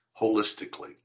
holistically